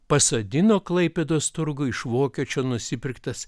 pasodino klaipėdos turguj iš vokiečio nusipirktas